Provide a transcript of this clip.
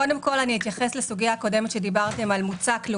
קודם כול אתייחס לסוגיה הקודמת שעליה דיברת,